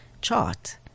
Chart